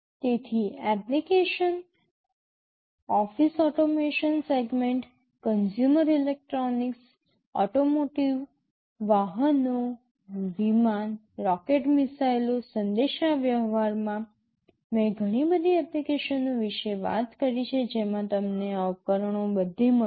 તેથી applications office automation segment consumer electronics automotive વાહનો વિમાન રોકેટ મિસાઇલો સંદેશાવ્યવહારમાં office automation segment consumer electronics automotive vehicles airplanes rockets missiles communication મેં ઘણી બધી એપ્લિકેશનો વિશે વાત કરી છે જેમાં તમને આ ઉપકરણો બધે મળશે